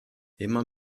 immer